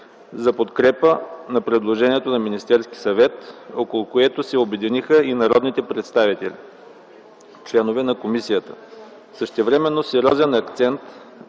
за подкрепа на предложението на Министерския съвет, около което се обединиха и народните представители, членове на комисията. Същевременно сериозен акцент